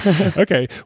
Okay